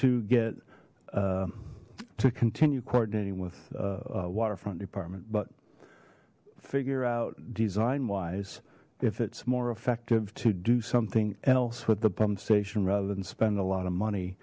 to get to continue coordinating with a waterfront department but figure out design wise if it's more effective to do something else with the pump station rather than spend a lot of money